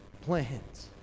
plans